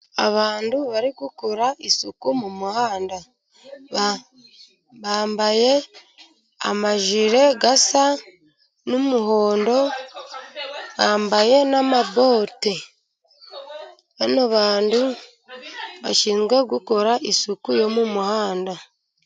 Abantu bari gukora isuku mu muhanda, bambaye amajire asa n'umuhondo, bambaye n'amabote. Aba bantu bashinzwe gukora isuku yo mu muhanda.